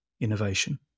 innovation